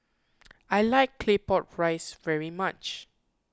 I like Claypot Rice very much